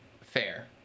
fair